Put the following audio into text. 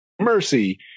mercy